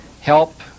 help